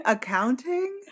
Accounting